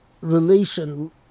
relation